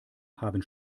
haben